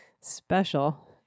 Special